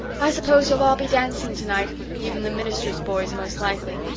i s'pose you'll all be dancing tonight even the minister's boys most likely.